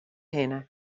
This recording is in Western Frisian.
hinne